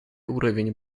уровень